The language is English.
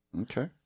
Okay